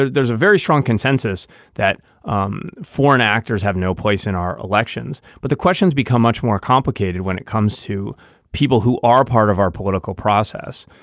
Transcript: there's a very strong consensus that um foreign actors have no place in our elections, but the questions become much more complicated when it comes to people who are part of our political process,